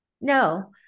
No